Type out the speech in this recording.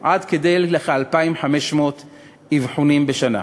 עד לכדי כ-2,500 אבחונים בשנה.